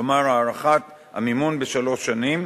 כלומר, הארכת המימון בשלוש שנים.